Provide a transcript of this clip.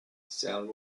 sound